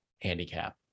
handicap